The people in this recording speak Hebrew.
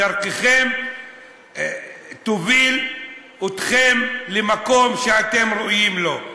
דרככם תוביל אתכם למקום שאתם ראויים לו,